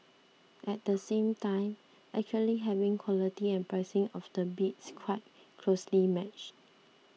at the same time actually having quality and pricing of the bids quite closely matched